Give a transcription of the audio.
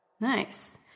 Nice